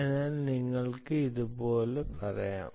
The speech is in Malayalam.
അതിനാൽ നിങ്ങൾക്ക് ഇതുപോലെ തുടരാം